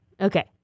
Okay